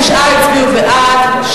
תשעה הצביעו בעד,